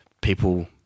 people